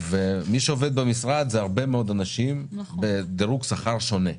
ומי שעובד במשרד זה הרבה מאוד אנשים בדירוג שכר שונה.